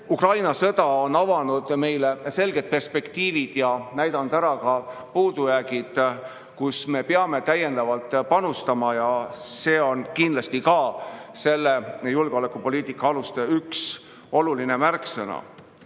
Ukraina sõda on avanud meile selged perspektiivid ja näidanud ära ka puudujäägid, need kohad, kus me peame täiendavalt panustama. See on kindlasti ka julgeolekupoliitika aluste üks oluline märksõna.